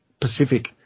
Pacific